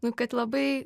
nu kad labai